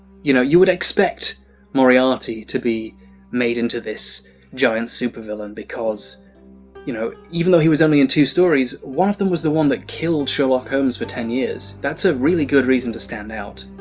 you know you would expect moriarty to be made into this giant super villain because you know, even though he was only in two stories one of them was the one that killed sherlock holmes for ten years that's a really good reason to stand out